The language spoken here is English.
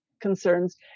concerns